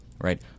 right